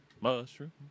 Mushroom